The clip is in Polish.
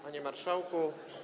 Panie Marszałku!